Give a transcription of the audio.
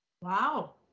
wow